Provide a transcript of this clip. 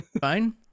Fine